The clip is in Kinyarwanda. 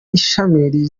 imashini